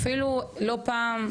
אפילו לא פעם,